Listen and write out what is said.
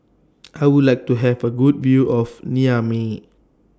I Would like to Have A Good View of Niamey